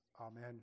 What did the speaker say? Amen